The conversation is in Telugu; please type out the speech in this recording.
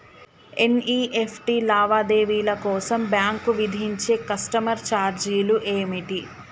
ఎన్.ఇ.ఎఫ్.టి లావాదేవీల కోసం బ్యాంక్ విధించే కస్టమర్ ఛార్జీలు ఏమిటి?